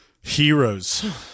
Heroes